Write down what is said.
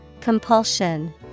Compulsion